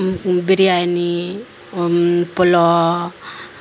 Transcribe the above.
biryani Pallava